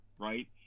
right